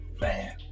man